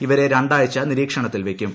ഇവരെ രണ്ട് ആഴ്ച നിരീക്ഷണത്തിൽ വയ്ക്കും